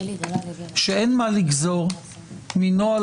שאין מה לגזור מנוהל